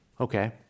Okay